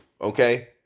okay